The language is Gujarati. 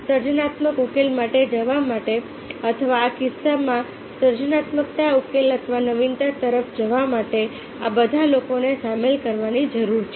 સર્જનાત્મક ઉકેલ માટે જવા માટે અથવા આ કિસ્સામાં સર્જનાત્મકતા ઉકેલ અથવા નવીનતા તરફ જવા માટે આ બધા લોકોને સામેલ કરવાની જરૂર છે